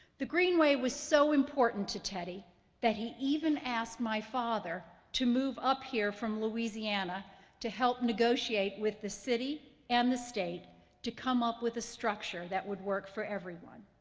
the greenway was so important to teddy that he even asked my father to move up here from louisiana to help negotiate with the city and the state to come up with a structure that would work for everyone.